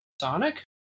Sonic